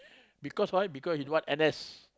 because why because he don't want N_S